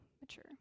mature